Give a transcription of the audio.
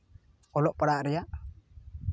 ᱚᱞᱚᱜ ᱯᱟᱲᱦᱟᱜ ᱨᱮᱭᱟᱜ